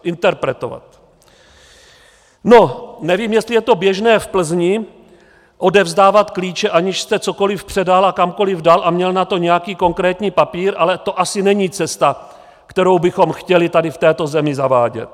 No nevím, jestli je to běžné v Plzni odevzdávat klíče, aniž jste cokoli předal a kamkoli dal a měl na to nějaký konkrétní papír, ale to asi není cesta, kterou bychom chtěli tady v této zemi zavádět.